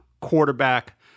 quarterback